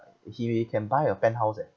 he can buy a penthouse eh